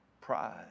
Pride